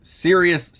serious